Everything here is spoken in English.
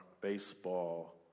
baseball